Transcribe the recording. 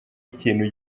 ikintu